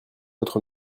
autre